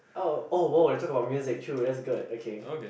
oh oh oh talk about music true that's good okay